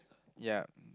ya